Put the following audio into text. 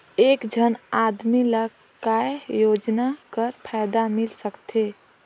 एक झन आदमी ला काय योजना कर फायदा मिल सकथे?